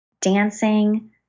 dancing